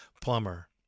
plumber